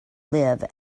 live